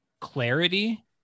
clarity